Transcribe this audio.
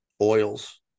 Oils